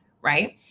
right